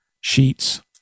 sheets